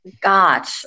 got